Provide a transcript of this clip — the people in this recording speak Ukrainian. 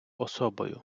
особою